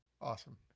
Awesome